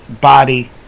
body